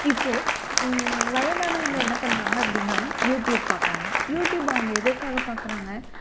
இப்போது வயதானவங்கள் என்ன பண்ணுறாங்க அப்படின்னா யூடியூப் பார்க்கறாங்க யூடியூப் அவங்க எதற்காக பார்க்குறாங்க